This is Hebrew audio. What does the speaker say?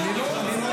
--- במליאה.